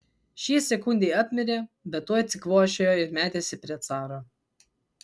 šie sekundei apmirė bet tuoj atsikvošėjo ir metėsi prie caro